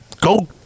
go